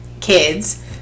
kids